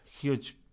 huge